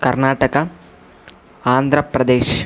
Karnataka Andhra Pradesh